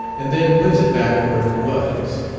and then puts it back where it was.